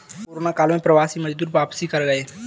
corona काल में प्रवासी मजदूर वापसी कर गए